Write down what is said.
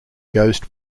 ghost